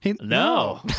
No